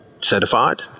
certified